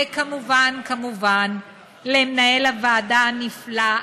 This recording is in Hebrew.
וכמובן כמובן כמובן למנהל הוועדה הנפלא,